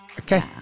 Okay